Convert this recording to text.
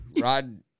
Rod